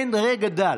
אין רגע דל.